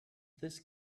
this